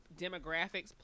demographics